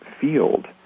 field